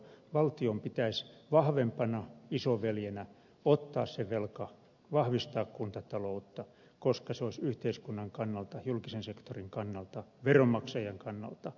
valtion pitäisi vahvempana isoveljenä ottaa se velka vahvistaa kuntataloutta koska se olisi yhteiskunnan kannalta julkisen sektorin kannalta veronmaksajan kannalta taloudellisin tapa